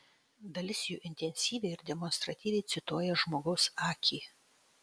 dalis jų intensyviai ir demonstratyviai cituoja žmogaus akį